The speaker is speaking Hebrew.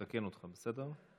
אני מתקן אותך, בסדר?